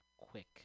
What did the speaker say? quick